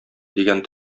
дигән